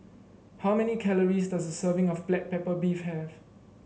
how many calories does a serving of Black Pepper Beef have